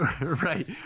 Right